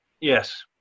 yes